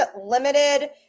limited